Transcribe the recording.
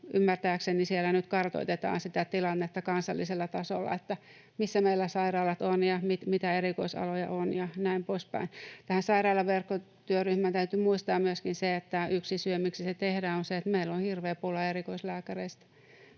Ymmärtääkseni siellä nyt kartoitetaan kansallisella tasolla sitä tilannetta, missä meillä sairaalat ovat ja mitä erikoisaloja on ja näin poispäin. Tästä sairaalaverkkotyöryhmästä täytyy muistaa myöskin se, että yksi syy, miksi se tehdään, on se, että meillä on hirveä pula erikoislääkäreistä.